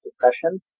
depression